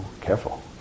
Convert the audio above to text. careful